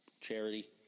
charity